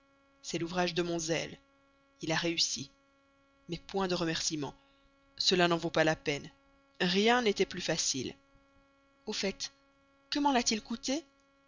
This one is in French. c'est l'ouvrage de mon zèle il a réussi mais point de remerciements cela n'en vaut pas la peine rien n'était plus facile au fait que m'en a-t-il coûté